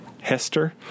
Hester